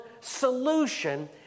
solution